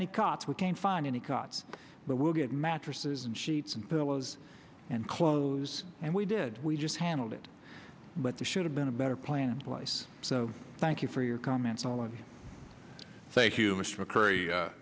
any cops we can't find any cots but we'll get mattresses and sheets and pillows and clothes and we did we just handled it but the should have been a better plan in place so thank you for your comments and all and thank you mr mccurry